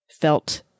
felt